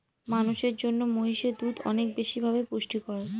মানুষের জন্য মহিষের দুধ অনেক বেশি ভাবে পুষ্টিকর